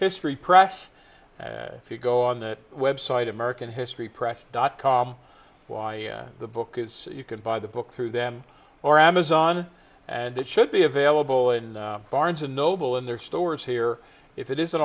history press if you go on the web site american history press dot com why the book is you can buy the book through them or amazon and it should be available in barnes and noble and their stores here if it is